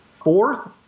Fourth